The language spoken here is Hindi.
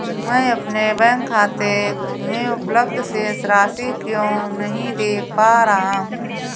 मैं अपने बैंक खाते में उपलब्ध शेष राशि क्यो नहीं देख पा रहा हूँ?